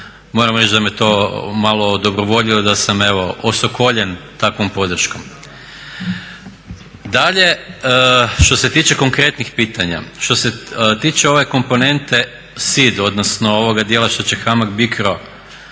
Moram reći da me to malo odobrovoljilo da sam evo osokoljen takvom podrškom. Dalje, što se tiče konkretnih pitanja. Što se tiče ove komponente SID odnosno ovog dijela što će HAMAG Bicro